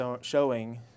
showing